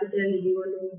E1 4